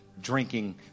drinking